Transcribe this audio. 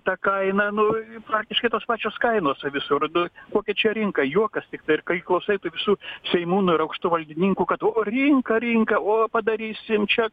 ta kaina nu praktiškai tos pačios kainos visur kokia čia rinka juokas tiktai ir kai klausai tų visų seimūnų ir aukštų valdininkų kad o rinka rinka o padarysim čia